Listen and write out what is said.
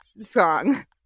song